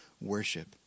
worship